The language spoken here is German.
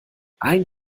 ein